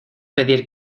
pedir